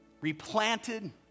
replanted